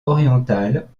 orientale